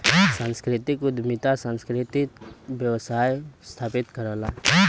सांस्कृतिक उद्यमिता सांस्कृतिक व्यवसाय स्थापित करला